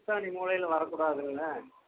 ஈசானி மூலையில் வரக்கூடாதுங்களே